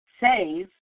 Save